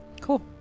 Cool